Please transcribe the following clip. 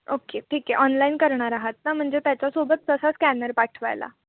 okay ठीक आहे online करणार आहात ना म्हणजे त्याच्यासोबत तसा स्कॅनर पाठवायला